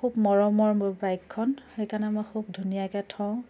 খুব মৰমৰ মোৰ বাইকখন সেইকাৰণে মই খুব ধুনীয়াকৈ থওঁ